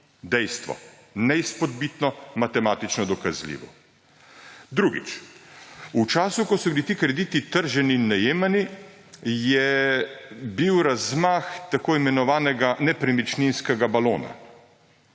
Dejstvo, neizpodbitno, matematično dokazljivo! Drugič. V času, ko so bili ti krediti trženi in najemani, je bil razmah tako imenovanega nepremičninskega balona,